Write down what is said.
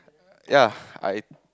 ya I